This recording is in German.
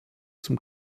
zum